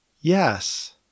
Yes